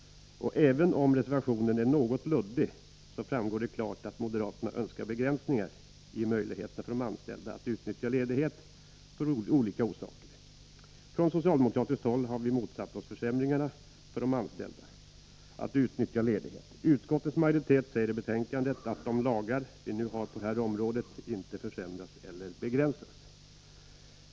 Även om reservationen är något luddig framgår det klart att moderaterna Önskar begränsningar i möjligheterna för de anställda att utnyttja ledighet för olika orsaker. Från socialdemokratiskt håll har vi motsatt oss försämringar för de anställda att utnyttja möjligheterna till ledighet. Utskottets majoritet säger i betänkandet att de lagar vi nu har på detta område inte får försämras eller begränsas.